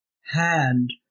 hand